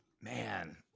Man